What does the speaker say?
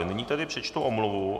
Nyní tedy přečtu omluvu.